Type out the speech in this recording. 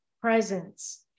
Presence